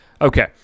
Okay